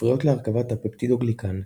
מפריעות להרכבת הפפטידוגליקן,